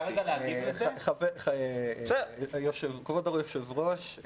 כבוד היושב-ראש,